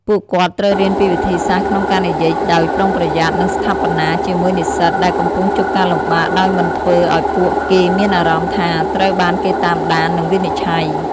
ពួកគាត់ត្រូវរៀនពីវិធីសាស្ត្រក្នុងការនិយាយដោយប្រុងប្រយ័ត្ននិងស្ថាបនាជាមួយនិស្សិតដែលកំពុងជួបការលំបាកដោយមិនធ្វើឱ្យពួកគេមានអារម្មណ៍ថាត្រូវបានគេតាមដាន និងវិនិច្ឆ័យ។